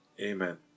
Amen